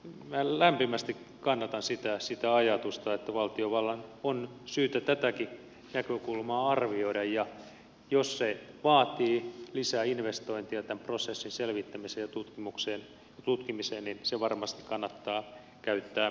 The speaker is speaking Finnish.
minä lämpimästi kannatan sitä ajatusta että valtiovallan on syytä tätäkin näkökulmaa arvioida ja jos se vaatii lisäinvestointeja tämän prosessin selvittämiseen ja tutkimiseen niin se varmasti kannattaa käyttää hyödyksi